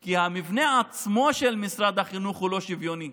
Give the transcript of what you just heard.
כי המבנה עצמו של משרד החינוך הוא לא שוויוני.